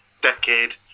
decade